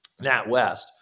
NatWest